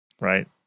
Right